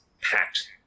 packed